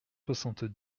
soixante